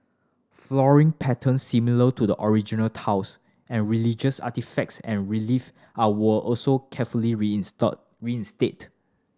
flooring patterns similar to the original tiles and religious artefacts and relief are were also carefully read in stock reinstate